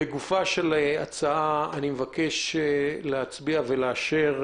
לגופה של הצעה, אני מבקש להצביע ולאשר.